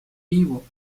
vivo